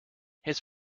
his